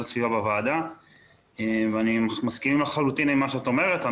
הסביבה בוועדה ואני מסכים לחלוטין עם מה שאת אומרת.